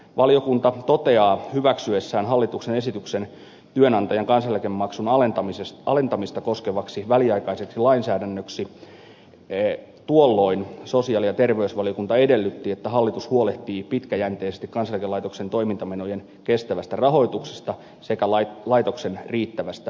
valiokunta toteaa hyväksyessään hallituksen esityksen työnantajan kansaneläkemaksun alentamista koskevaksi väliaikaiseksi lainsäädännöksi että tuolloin sosiaali ja terveysvaliokunta edellytti että hallitus huolehtii pitkäjänteisesti kansaneläkelaitoksen toimintamenojen kestävästä rahoituksesta sekä laitoksen riittävästä maksuvalmiudesta